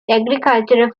agriculture